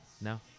No